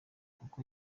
kuko